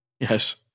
Yes